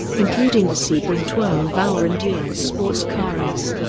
including the sebring twelve hour endurance sports car race.